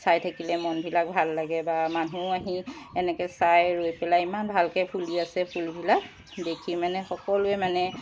চাই থাকিলে মনবিলাক ভাল লাগে বা মানুহ আহি এনেকৈ চাই ৰৈ পেলাই ইমান ভালকৈ ফুলি আছে ফুলবিলাক দেখি মানে সকলোৱে মানে